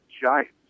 Giants